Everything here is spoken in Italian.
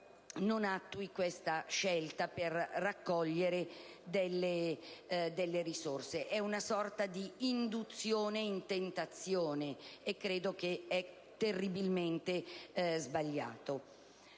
non attui questa scelta per raccogliere delle risorse. È una sorta di induzione in tentazione, e credo che sia terribilmente sbagliata.